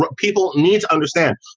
but people need to understand.